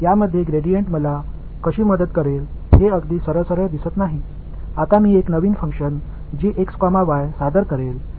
எனவே இதில் க்ராடிஎன்ட் எனக்கு எவ்வாறு உதவப் போகிறது என்பது மிகவும் நேரடியாகத் தெரியவில்லை